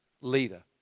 leader